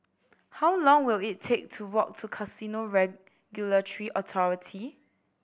how long will it take to walk to Casino Regulatory Authority